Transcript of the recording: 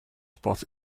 spot